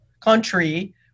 country